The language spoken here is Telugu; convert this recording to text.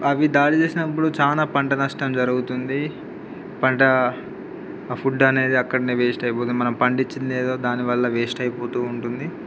అవి దాడి చేసినప్పుడు చాలా పంట నష్టం జరుగుతుంది పంట ఆ ఫుడ్ అనేది అక్కడనే వేస్ట్ అయిపోతుంది మనం పండించింది ఏదో దానివల్ల వేస్ట్ అయిపోతూ ఉంటుంది